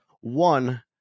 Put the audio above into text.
one